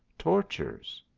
tortures.